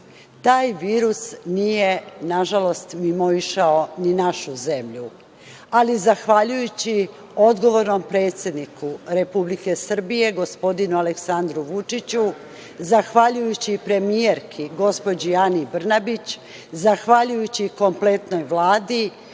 Taj virus nije nažalost mimoišao ni našu zemlju. Zahvaljujući odgovornom predsedniku Republike Srbije, gospodinu Aleksandru Vučiću, zahvaljujući premijerki, gospođi Ani Brnabić, zahvaljujući kompletnoj Vladi,